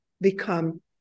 become